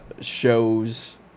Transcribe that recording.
shows